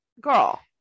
Girl